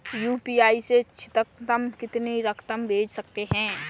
UPI से अधिकतम कितनी रकम भेज सकते हैं?